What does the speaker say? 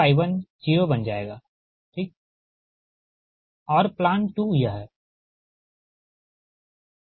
तो I1 0 बन जाएगा ठीक और प्लांट 2 यह है